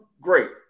great